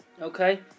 Okay